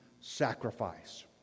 sacrifice